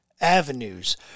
avenues